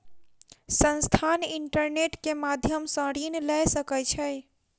संस्थान, इंटरनेट के माध्यम सॅ ऋण लय सकै छै